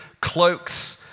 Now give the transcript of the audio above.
cloaks